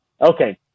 Okay